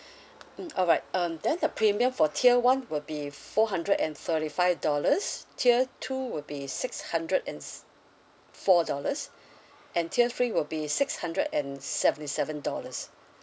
mm alright um then the premium for tier one would be four hundred and thirty five dollars tier two would be six hundred and four dollars and tier three would be six hundred and seventy seven dollars